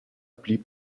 blieb